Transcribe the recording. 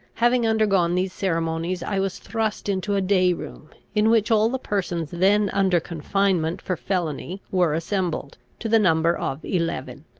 having undergone these ceremonies, i was thrust into a day-room, in which all the persons then under confinement for felony were assembled, to the number of eleven.